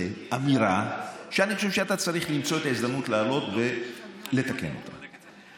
זו אמירה שאני חושב שאתה צריך למצוא את ההזדמנות לעלות ולתקן אותה.